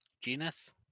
genus